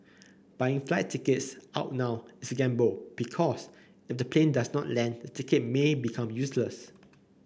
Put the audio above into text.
buying flight tickets out now is gamble because if the plane does not land the ticket may become useless